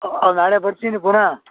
ಹಾಂ ನಾಳೆ ಬತ್ತೀನಿ ಪುನಃ